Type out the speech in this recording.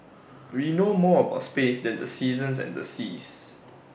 we know more about space than the seasons and the seas